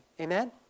Amen